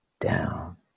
down